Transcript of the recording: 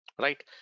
right